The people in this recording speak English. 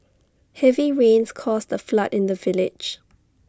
heavy rains caused A flood in the village